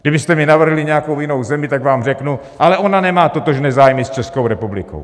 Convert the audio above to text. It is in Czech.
Kdybyste mi navrhli nějakou jinou zemi, tak vám řeknu: Ale ona nemá totožné zájmy s Českou republikou.